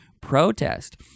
protest